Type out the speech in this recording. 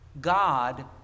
God